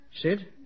Sid